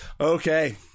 okay